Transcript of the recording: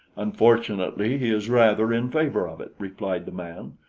unfortunately he is rather in favor of it, replied the man,